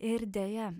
ir deja